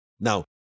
Now